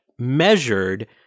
measured